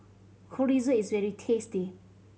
Chorizo is very tasty